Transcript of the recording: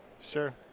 Sure